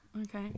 Okay